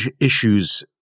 issues